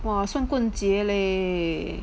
!wah! 光棍节 leh